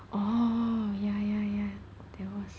orh yeah yeah yeah there was